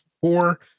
four